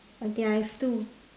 okay I've two